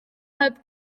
heb